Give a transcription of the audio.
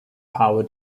power